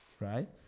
Right